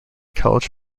college